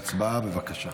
הצבעה, בבקשה.